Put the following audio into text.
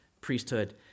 priesthood